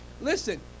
listen